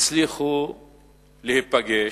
הצליחו להיפגש,